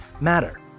Matter